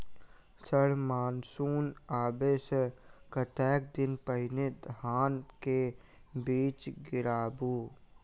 Sir monsoon आबै सऽ कतेक दिन पहिने धान केँ बीज गिराबू?